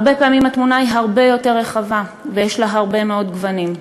הרבה פעמים התמונה היא הרבה יותר רחבה ויש לה הרבה מאוד גוונים.